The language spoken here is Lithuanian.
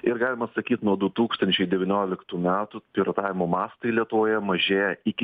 ir galima sakyt nuo du tūkstančiai devynioliktų metų piratavimo mastai lietuvoje mažėja iki